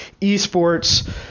esports